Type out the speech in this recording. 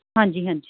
ਹਾਂਜੀ ਹਾਂਜੀ